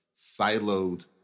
siloed